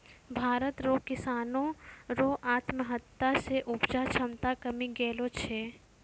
भारत रो किसानो रो आत्महत्या से उपजा क्षमता कमी गेलो छै